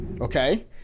okay